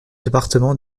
département